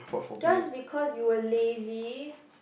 just because you were lazy